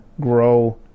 grow